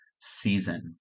season